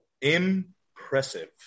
Impressive